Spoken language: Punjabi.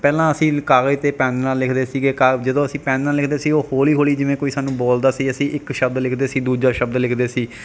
ਪਹਿਲਾਂ ਅਸੀਂ ਕਾਗਜ਼ ਅਤੇ ਪੈੱਨ ਨਾਲ ਲਿਖਦੇ ਸੀਗੇ ਕਾ ਜਦੋਂ ਅਸੀਂ ਪੈੱਨ ਨਾਲ ਲਿਖਦੇ ਸੀ ਉਹ ਹੌਲੀ ਹੌਲੀ ਜਿਵੇਂ ਕੋਈ ਸਾਨੂੰ ਬੋਲਦਾ ਸੀ ਅਸੀਂ ਇੱਕ ਸ਼ਬਦ ਲਿਖਦੇ ਸੀ ਦੂਜਾ ਸ਼ਬਦ ਲਿਖਦੇ ਸੀ